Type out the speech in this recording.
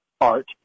Art